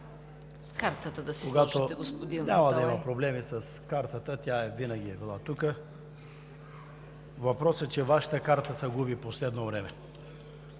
АТАЛАЙ: Няма да има проблеми с картата. Тя винаги е била тук. Въпросът е, че Вашата карта се губи в последно време.